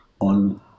on